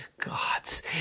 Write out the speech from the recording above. gods